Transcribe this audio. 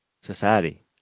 society